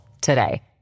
today